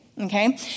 Okay